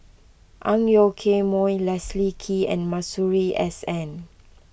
Ang Yoke Mooi Leslie Kee and Masuri S N